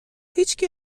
هیچکی